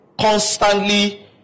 constantly